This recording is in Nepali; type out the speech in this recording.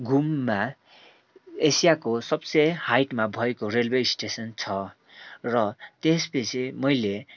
घुममा एसियाको सबसे हाइटमा भएको रेलवे स्टेसन छ र त्यसपछि मैले